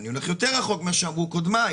ואני הולך יותר רחוק ממה שאמרו קודמיי,